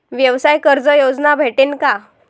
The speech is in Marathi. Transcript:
व्यवसाय कर्ज योजना भेटेन का?